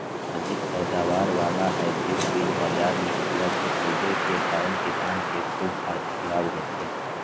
अधिक पैदावार वाला हाइब्रिड बीज बाजार मे उपलब्ध होबे के कारण किसान के ख़ूब आर्थिक लाभ होतय